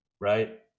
right